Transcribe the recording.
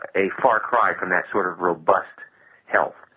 a far cry from that sort of robust health,